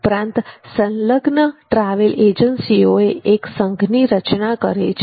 ઉપરાંત સંલગ્ન ટ્રાવેલ એજન્સીઓએ એક સંઘની રચના કરે છે